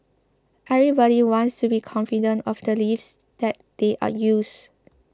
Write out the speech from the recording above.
everybody wants to be confident of the lifts that they are use